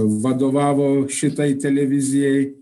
vadovavo šitai televizijai